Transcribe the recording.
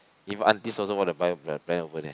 even aunties also want to buy the brand over there